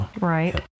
Right